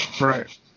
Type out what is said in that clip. Right